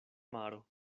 maro